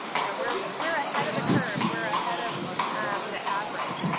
you know we're we're ahead of the curve. we're ahead of the average.